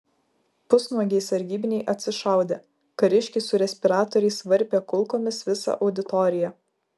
pusnuogiai sargybiniai atsišaudė kariškiai su respiratoriais varpė kulkomis visą auditoriją